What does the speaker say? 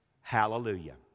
hallelujah